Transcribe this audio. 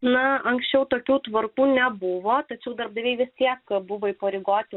na anksčiau tokių tvarkų nebuvo tačiau darbdaviai visiems ką buvo įpareigoti